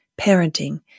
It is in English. parenting